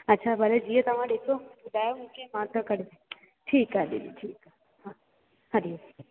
अच्छा भले जीअं तव्हां ॾिसो ॿुधायो मूंखे मां त कढ ठीकु आहे दीदी ठीकु आहे हा हरिओम